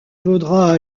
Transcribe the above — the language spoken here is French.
vaudra